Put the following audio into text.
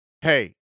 hey